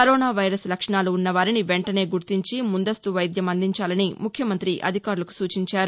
corona virus లక్షణాలు ఉన్నవారిని వెంటనే గుర్తించి ముందస్తు వైద్యం అందించాలని ముఖ్యమంత్రి అధికారులకు సూచించారు